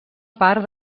part